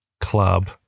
club